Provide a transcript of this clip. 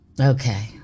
Okay